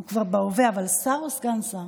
הוא כבר בהווה, אבל שר או סגן שר?